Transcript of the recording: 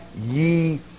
ye